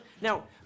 Now